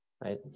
right